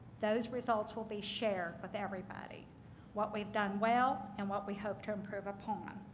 those results will be shared with everybody what we've done well and what we hope to improve upon.